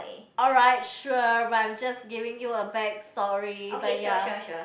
alright sure but I'm just giving you a back story but ya